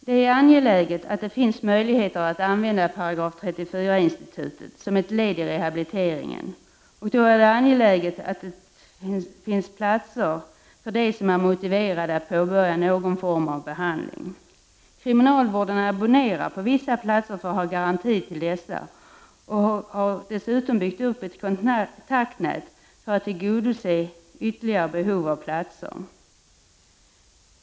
Det är angeläget att det finns möjligheter att använda § 34-institutet som ett led i rehabiliteringen, och då är det angeläget att det finns platser för dem som är motiverade att påbörja någon form av behandling. Kriminalvården abonnerar på vissa platser för att ha garanti till dessa och har dessutom byggt upp ett kontaktnät för att tillgodose ytterligare behov av platser.